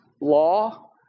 law